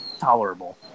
tolerable